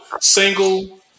single